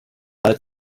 wahl